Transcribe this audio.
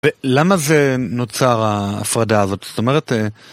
ולמה זה נוצר ההפרדה הזאת? זאת אומרת...